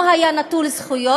הוא היה נטול זכויות.